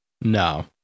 No